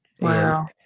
Wow